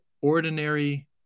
ordinary